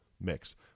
mix